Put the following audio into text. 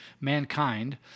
mankind